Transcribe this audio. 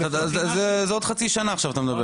זה עוד חצי שנה עכשיו אתה מדבר.